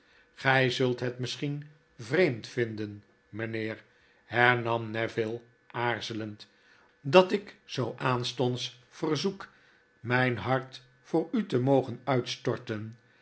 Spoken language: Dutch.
gy zult het misschien vreemd vinden mynheer hernam neville aarzelend dat ikuzoo aanstonds verzoek myn hart voor u te mogen uitstorten